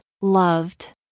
loved